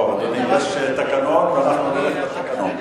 לא, אדוני, יש תקנון, אנחנו נלך לתקנון.